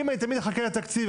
אם אני תמיד אחכה לתקציב,